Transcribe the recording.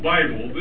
Bible